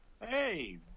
Hey